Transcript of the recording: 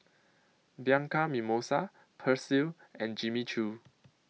Bianco Mimosa Persil and Jimmy Choo